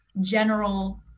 general